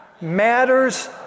matters